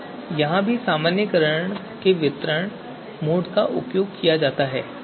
तो यहाँ भी सामान्यीकरण के वितरण मोड का उपयोग किया जाता है